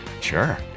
Sure